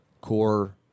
core